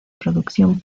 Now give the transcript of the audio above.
producción